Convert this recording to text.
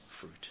fruit